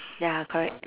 ya correct